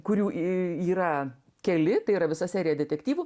kurių yra keli tai yra visa serija detektyvų